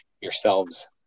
yourselves